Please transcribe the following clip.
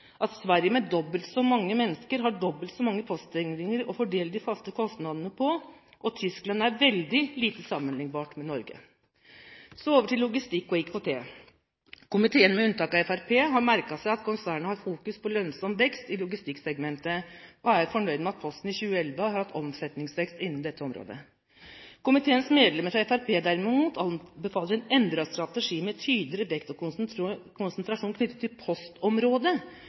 at Sverige, med dobbelt så mange mennesker, har dobbelt så mange postsendinger å fordele de faste kostnadene på, og at Tyskland er veldig lite sammenlignbart med Norge. Så over til logistikk og IKT. Komiteen, med unntak av Fremskrittspartiet, har merket seg at konsernet har fokus på lønnsom vekst i logistikksegmentet, og er fornøyd med at Posten i 2011 har hatt omsetningsvekst innen dette området. Komiteens medlemmer fra Fremskrittspartiet, derimot, anbefaler en endret strategi med tydeligere vekt på og konsentrasjon knyttet til postområdet,